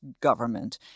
government